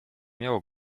miało